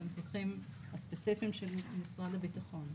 זה המפקחים הספציפיים של משרד הביטחון.